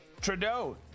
trudeau